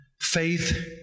faith